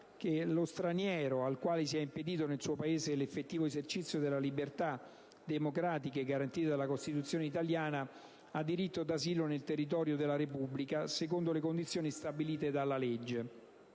che «Lo straniero, al quale sia impedito nel suo paese l'effettivo esercizio delle libertà democratiche garantite dalla Costituzione italiana, ha diritto d'asilo nel territorio della Repubblica secondo le condizioni stabilite dalle legge»;